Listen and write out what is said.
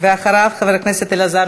חבר הכנסת דב